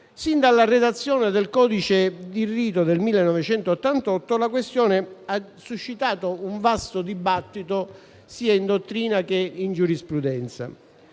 sin dalla redazione del codice di rito del 1988, ha suscitato un vasto dibattito sia in dottrina che in giurisprudenza.